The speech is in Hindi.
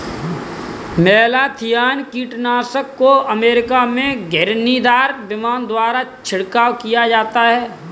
मेलाथियान कीटनाशक को अमेरिका में घिरनीदार विमान द्वारा छिड़काव किया जाता है